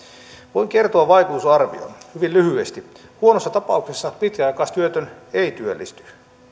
voin kertoa vaikutusarvion hyvin lyhyesti huonossa tapauksessa pitkäaikaistyötön ei työllisty